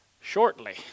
shortly